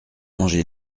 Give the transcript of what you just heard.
mangé